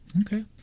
okay